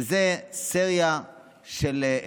וזו סריה של,